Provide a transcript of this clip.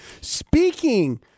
Speaking